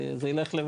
זה ילך לבד.